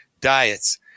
diets